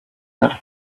never